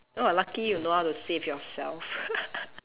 oh lucky you know how to save yourself